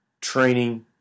training